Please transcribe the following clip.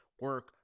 Work